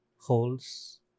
holes